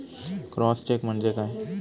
Cross check म्हणजे काय?